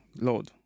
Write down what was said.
Lord